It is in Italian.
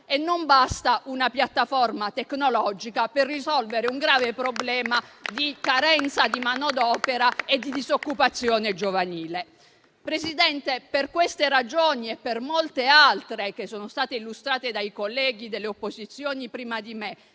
E non basta una piattaforma tecnologica per risolvere un grave problema di carenza di manodopera e di disoccupazione giovanile. Signor Presidente, per queste e per molte altre ragioni, che sono state illustrate dai colleghi delle opposizioni prima di me,